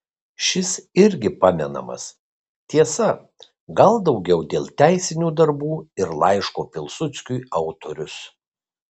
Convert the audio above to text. šis irgi pamenamas tiesa gal daugiau dėl teisinių darbų ir laiško pilsudskiui autorius